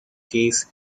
case